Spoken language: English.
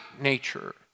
nature